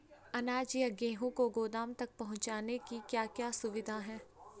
अनाज या गेहूँ को गोदाम तक पहुंचाने की क्या क्या सुविधा है?